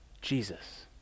Jesus